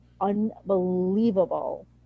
unbelievable